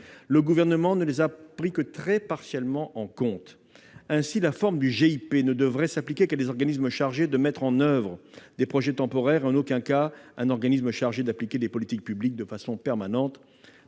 Le Gouvernement ne les a pris que très partiellement en compte. Ainsi, la forme du GIP ne devrait concerner que des organismes chargés de mettre en oeuvre des projets temporaires, en aucun cas un organisme chargé d'appliquer des politiques publiques de façon permanente.